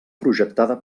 projectada